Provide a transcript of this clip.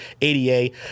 ADA